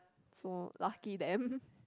so lucky them